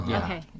okay